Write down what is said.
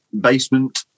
basement